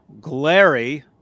Glary